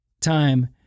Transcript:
time